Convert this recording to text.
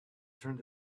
turned